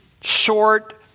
short